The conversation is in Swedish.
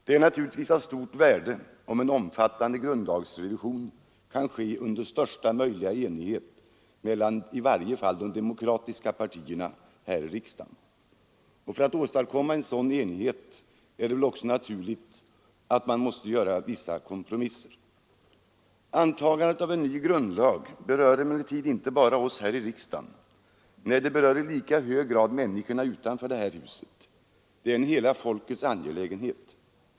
Det är naturligtvis av stort värde om en omfattande grundlagsrevision kan ske under största möjliga enighet mellan i varje fall de demokratiska partierna i riksdagen. För att åstadkomma en sådan enighet är det naturligt att man måste göra vissa kompromisser. Antagandet av en ny grundlag berör emellertid inte bara oss här i riksdagen. Nej, det berör i lika hög grad människorna utanför detta hus. Det är en hela folkets angelägenhet.